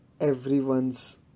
everyone's